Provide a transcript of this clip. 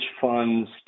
funds